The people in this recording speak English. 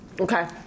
Okay